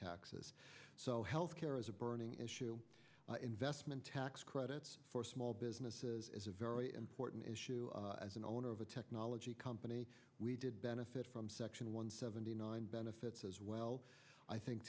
taxes so health care is a burning issue investment tax credit for small businesses is a very important issue as an owner of a technology company we did benefit from section one seventy nine benefits as well i think